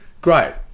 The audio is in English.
great